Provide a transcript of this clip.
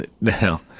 Now